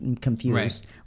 confused